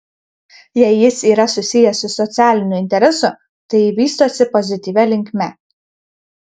jei jis yra susijęs su socialiniu interesu tai vystosi pozityvia linkme